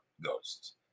ghosts